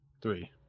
Three